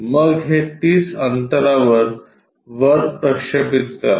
मग हे 30 अंतरावर वर प्रक्षेपित करा